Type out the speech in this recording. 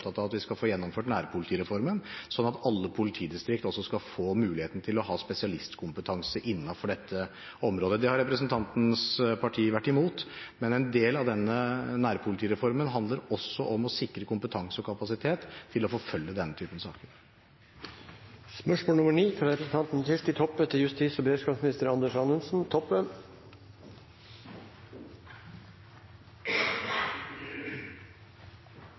av at vi skal få gjennomført nærpolitireformen, slik at alle politidistrikt også skal få muligheten til å ha spesialistkompetanse innenfor dette området. Det har representantens parti vært imot, men en del av denne nærpolitireformen handler også om å sikre kompetanse og kapasitet til å forfølge denne typen saker.